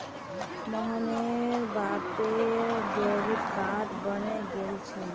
मोहनेर बापेर debit card बने गेल छे